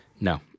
No